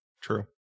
True